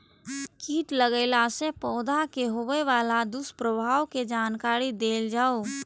कीट लगेला से पौधा के होबे वाला दुष्प्रभाव के जानकारी देल जाऊ?